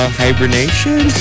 hibernation